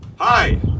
Hi